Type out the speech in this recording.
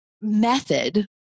method